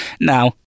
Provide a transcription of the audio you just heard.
Now